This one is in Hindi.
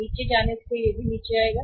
नीचे जाने से यह भी नीचे जाएगा